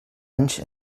anys